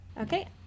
Okay